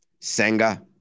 Senga